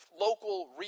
local